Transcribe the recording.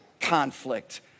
conflict